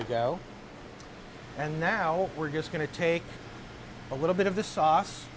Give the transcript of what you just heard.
to go and now we're just going to take a little bit of the sauce